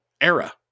era